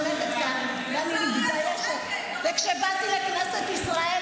יש לך משהו בנושא הזה?